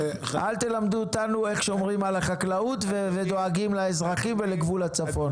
אל תלמדו אותנו איך שומרים על החקלאות ודואגים לאזרחים ולגבול הצפון.